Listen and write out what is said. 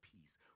peace